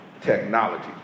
technology